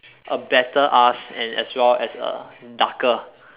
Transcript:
a better us and as well as a darker